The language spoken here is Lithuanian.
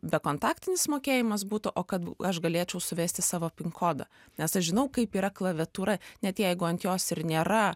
bekontaktinis mokėjimas būtų o kad aš galėčiau suvesti savo kodą nes aš žinau kaip yra klaviatūra net jeigu ant jos ir nėra